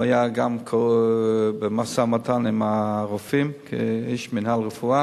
הוא היה גם במשא-ומתן עם הרופאים כאיש מינהל רפואה,